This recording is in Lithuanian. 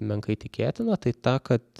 menkai tikėtina tai ta kad